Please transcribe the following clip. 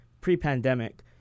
pre-pandemic